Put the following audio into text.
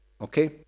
Okay